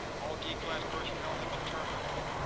all d-class personnel have been terminated.